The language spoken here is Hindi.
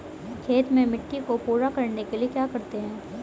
खेत में मिट्टी को पूरा करने के लिए क्या करते हैं?